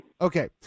Okay